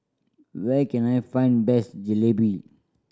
where can I find best Jalebi